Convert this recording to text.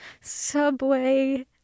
Subway